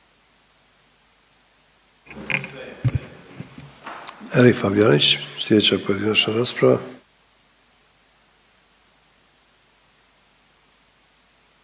Erik Fabijanić slijedeća pojedinačna rasprava.